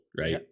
right